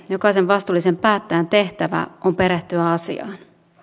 jokaisen vastuullisen päättäjän tehtävä on perehtyä asiaan